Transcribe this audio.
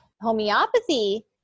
Homeopathy